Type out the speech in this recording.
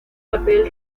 papel